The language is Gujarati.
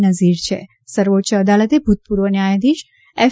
નઝીર હો સર્વોચ્ય અદાલતે ભૂતપૂર્વ ન્યાયાધીશ એફ